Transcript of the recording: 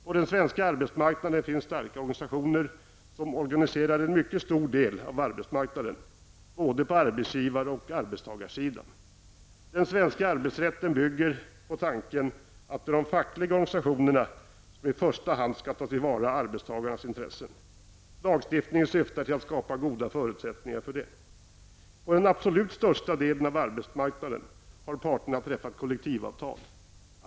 På den svenska arbetsmarknaden finns starka organisationer, som organiserar en mycket stor del av arbetsmarknaden, både på arbetsgivar och arbetstagarsidan. Den svenska arbetsrätten bygger på tanken att det är de fackliga organisationerna som i första hand skall ta tillvara arbetstagarnas intressen. Lagstiftningen syftar till att skapa goda förutsättningar för det. På den absolut största delen av arbetsmarknaden har parterna träffat kollektivavtal.